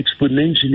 exponentially